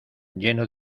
lleno